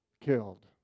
killed